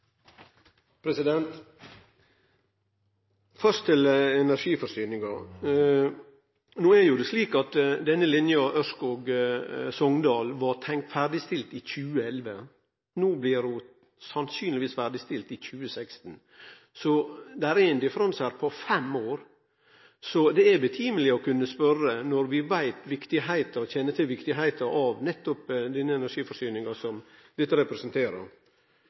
Først til energiforsyninga. No er det slik at denne linja, Ørskog–Sogndal, var tenkt ferdigstilt i 2011. No blir ho sannsynlegvis ferdigstilt i 2016. Det er ein differanse her på fem år. Då er det rimeleg å stille spørsmål ved det, når vi kjenner til kor viktig nettopp den energiforsyninga er, og det har blitt gjentatte utsetjingar, som